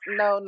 no